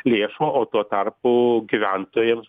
lėšų o tuo tarpu gyventojams